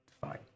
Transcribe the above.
Fine